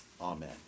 Amen